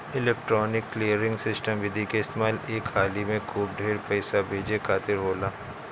electronic clearing system विधि के इस्तेमाल एक हाली में खूब ढेर पईसा भेजे खातिर होला